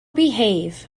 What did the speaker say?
behave